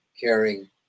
caring